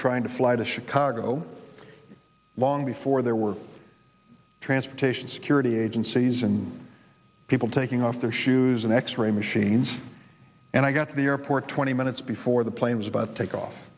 trying to fly to chicago long before there were transportation security agencies and people taking off their shoes and x ray machines and i got to the airport twenty minutes before the plane was about to take off